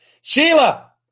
Sheila